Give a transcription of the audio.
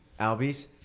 Albies